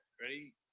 Ready